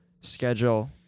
schedule